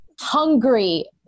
hungry